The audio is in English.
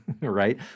right